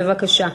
בבקשה.